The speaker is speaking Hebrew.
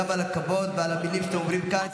ואני מבקש לשמור גם על הכבוד ועל המילים שאתם אומרים כאן,